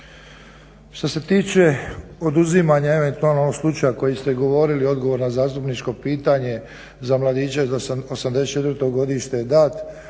Što se tiče oduzimanja eventualno ovog slučaja koji ste govorili odgovor na zastupničko pitanje za mladića '84. godište je